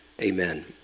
amen